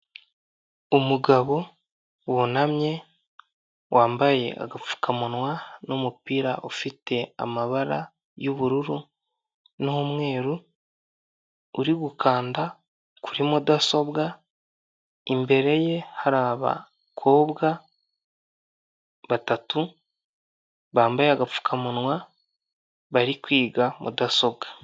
Umugabo w'unamye wambaye agapfukamunwa n'umupira ufite amabara y'ubururu n'umweru uri gukanda kuri mudasobwa, imbere ye hari abakobwa batatu bambaye agapfukamunwa bari kwiga mudasobwa.